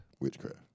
witchcraft